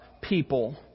people